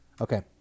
Okay